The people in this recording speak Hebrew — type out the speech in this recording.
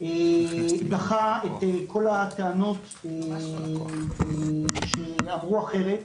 דחה את כל הטענות שאמרו אחרת.